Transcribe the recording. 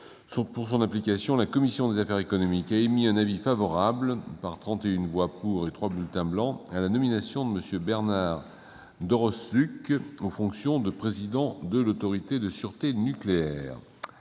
pour son application, la commission des affaires économiques a émis un avis favorable, par 31 voix pour et 3 bulletins blancs, à la nomination de M. Bernard Doroszczuk aux fonctions de président de l'Autorité de sûreté nucléaire.